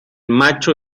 macho